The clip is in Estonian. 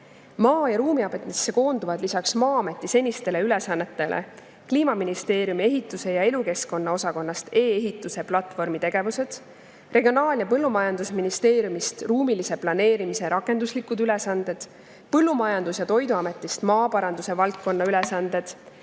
ja Ruumiametisse koonduvad lisaks Maa-ameti senistele ülesannetele Kliimaministeeriumi ehituse ja elukeskkonna osakonnast e‑ehituse platvormi tegevused, Regionaal‑ ja Põllumajandusministeeriumist ruumilise planeerimise rakenduslikud ülesanded, Põllumajandus‑ ja Toiduametist maaparanduse valdkonna ülesanded